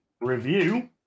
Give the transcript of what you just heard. Review